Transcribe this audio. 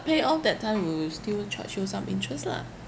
pay off that time we will still charge you some interest lah